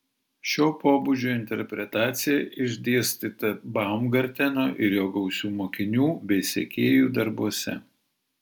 šio pobūdžio interpretacija išdėstyta baumgarteno ir jo gausių mokinių bei sekėjų darbuose